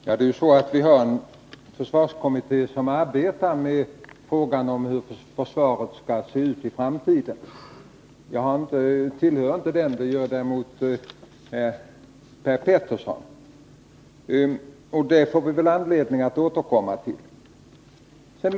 försvarsdeparte Herr talman! Vi har ju en försvarskommitté som arbetar med frågan om — mentets verksamhur försvaret skall se ut i framtiden. Jag tillhör inte den, men det gör däremot hetsområde Per Petersson. Vi får väl anledning att återkomma i den frågan.